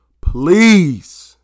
please